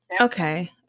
Okay